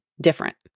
different